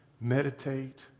meditate